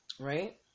Right